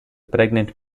pregnant